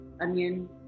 onion